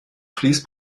fleece